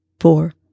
four